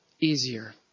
easier